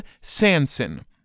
Sanson